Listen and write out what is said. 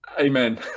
Amen